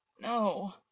No